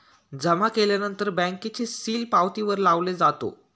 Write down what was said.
जमा केल्यानंतर बँकेचे सील पावतीवर लावले जातो